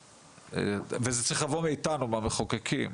זה צריך לבוא מאיתנו, מהמחוקקים,